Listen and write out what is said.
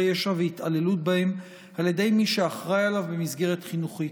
ישע והתעללות בהם על ידי מי שאחראי עליהם במסגרת חינוכית.